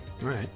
right